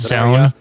zone